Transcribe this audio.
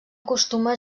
acostuma